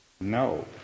No